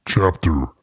chapter